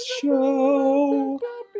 Show